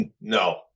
No